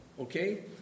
Okay